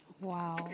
Wow